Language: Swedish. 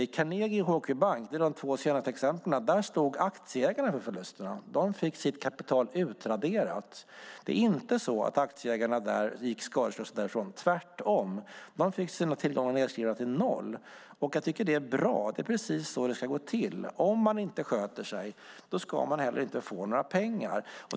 I Carnegie och HQ-bank - de två senaste exemplen - stod aktieägarna för förlusterna. De fick sitt kapital utraderat. Aktieägarna gick inte skadeslösa därifrån. De fick tvärtom sina tillgångar nedskrivna till noll. Jag tycker att det är bra. Det är precis så det ska gå till. Om man inte sköter sig ska man heller inte få några pengar.